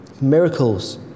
miracles